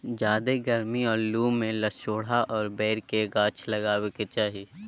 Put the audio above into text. ज्यादे गरमी और लू में लसोड़ा और बैर के गाछ लगावे के चाही